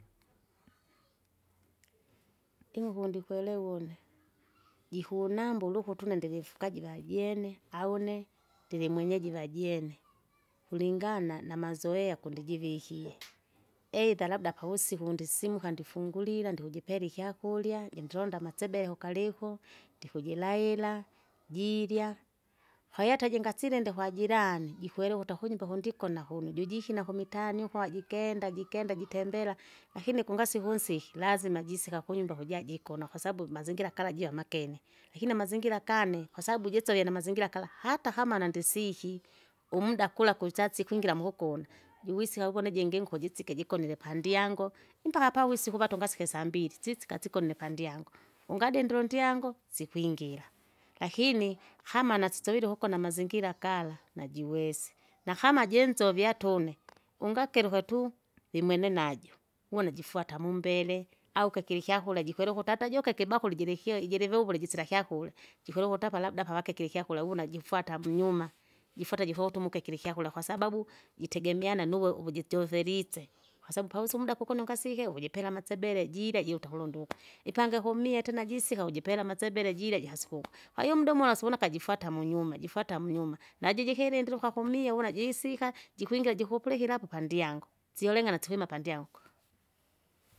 Ing'uku ndikwelewa une, jikunamba ulukuti une ndirimfugaji vajene aune, ndirimwenyeji vajene, kulingana namazoea kundijivikie, eidha labda kausiku ndisimuka ndisimuka ndifungulila ndikujipela ikyakurya jindilonda amatsebehe ukaliko, ndikujilaila, jirya. Kwahiyo hata jingasile ndikwajirani jikwerewa ukuta kunyumba kundikona kuno jojikina kumitaani uko ajikenda jikenda jitembela, lakini kungasiko unsiki lazima jisika kunyumba kujajikona kwasabu mazingira kala jia makene. Lakini amazingira gane, kwasbu jisovye namazingira kara hata hata kama nandisiki, umuda kula kwisasi ikwingira mugona, jiwisika uku nijingi nkujisike jikonile pandyango, mpaka pavusiku vatungesike sambili, sisika sigone pandyango, ungadindila undyango sikwingira, lakini kama nasisovile ugona amazingira gala najiwese, nakama jinsovya atune, ungakirikwa tu, vimwenenajo, uwuna jifwata mumbele au kakira ikyakura jikwerewa jikwelewaka ukuti atajuke kibakuri jirikye jilivuvule jisila kyakury. Jikwelewa ukuti apa labda pavakikile ikyakura vuna jifwata mnyuma, jifwata jifo utumuke kira ikyakura kwasababu! jitegemeana nuwe uvujichoveritse, kwasabu pavusi umuda kukuno ngasike ukujipela amatsebele jirya jiuta kulundu ukwa, ipange kumwe tena jisika kujipela amasebele jirya jihasikuka kwahiyo umuda umola sikuna akajifwata munyuma jifwata munyuma, najiji kilindira ukwakumie wuna jisika, jikwingira jikupulikira apo pandyango syolingana sikwima pandyango.